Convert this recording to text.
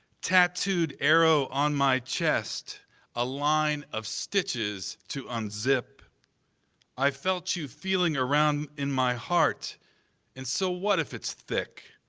tattooed arrow on my chest a line of stitches to unzip i felt you feeling around in my heart and so what if it's thick?